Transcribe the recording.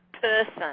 person